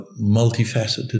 multifaceted